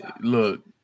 Look